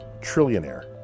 trillionaire